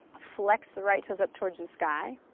flex the right toes up towards the sky,